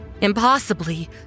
impossibly